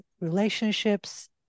relationships